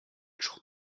jour